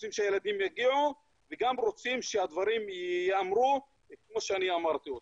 רוצים שהילדים יגיעו וגם רוצים שהדברים ייאמרו כמו שאני אמרתי אותם.